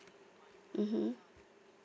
mm